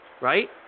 Right